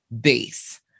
base